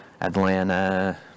Atlanta